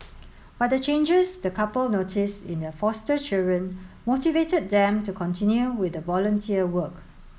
but the changes the couple noticed in their foster children motivated them to continue with the volunteer work